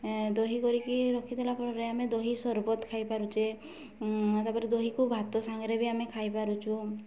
ଦହି କରିକି ରଖିଦେଲା ଫଳରେ ଆମେ ଦହି ସରବତ୍ ଖାଇପାରୁଛେ ତା'ପରେ ଦହିକୁ ଭାତ ସାଙ୍ଗରେ ବି ଆମେ ଖାଇପାରୁଛୁ